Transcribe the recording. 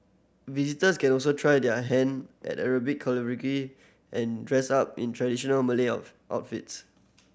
visitors can also try their hand at Arabic calligraphy and dress up in traditional Malay of outfits